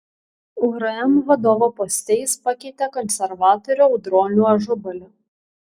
urm vadovo poste jis pakeitė konservatorių audronių ažubalį